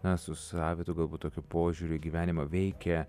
na su savitu galbūt tokiu požiūriu į gyvenimą veikia